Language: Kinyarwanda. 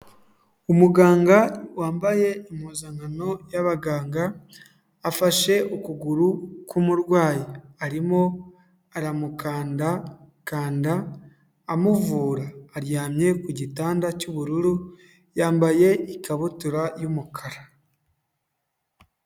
Umuganga wambaye impuzankano y'abaganga, afashe ukuguru k'umurwayi arimo aramukandakanda amuvura, aryamye ku gitanda cy'ubururu yambaye ikabutura y'umukara.